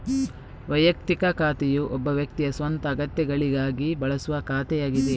ವೈಯಕ್ತಿಕ ಖಾತೆಯು ಒಬ್ಬ ವ್ಯಕ್ತಿಯ ಸ್ವಂತ ಅಗತ್ಯಗಳಿಗಾಗಿ ಬಳಸುವ ಖಾತೆಯಾಗಿದೆ